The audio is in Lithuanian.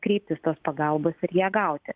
kreiptis pagalbos ir ją gauti